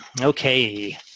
Okay